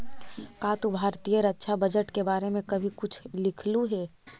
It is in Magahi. का तू भारतीय रक्षा बजट के बारे में कभी कुछ लिखलु हे